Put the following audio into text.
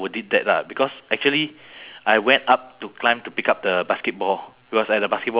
so I climb up lah they got those uh they got those shelter thing [what]